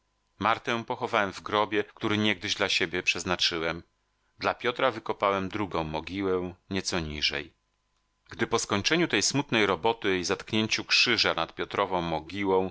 martę pochowałem w grobie który niegdyś dla siebie przeznaczyłem dla piotra wykopałem drugą mogiłę nieco niżej gdy po skończeniu tej smutnej roboty i zatknięciu krzyża nad piotrową mogiłą